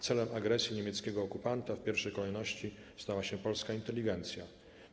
Celem agresji niemieckiego okupanta w pierwszej kolejności stała się polska inteligencja.